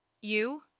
you